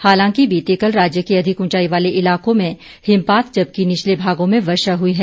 हालांकि बीते कल राज्य के अधिक उंचाई वाले इलाकों में हिमपात जबकि निचले भागों में वर्षा हुई है